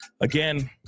Again